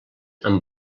amb